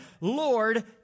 Lord